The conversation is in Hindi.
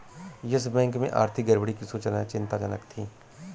यस बैंक में आर्थिक गड़बड़ी की सूचनाएं चिंताजनक थी